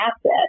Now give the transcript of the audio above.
asset